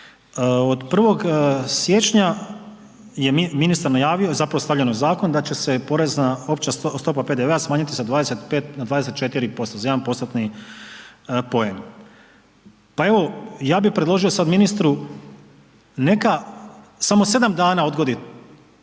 Od 1. siječnja je ministar najavio, zapravo stavljeno je u zakon da će se opća stopa PDV-a smanjiti sa 25 na 24% za 1%-tni poen. Pa evo ja bih predložio sada ministru, neka samo sedam dana odgodi